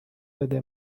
بده